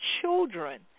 children